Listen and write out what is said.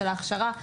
של ההכשרה,